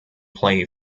play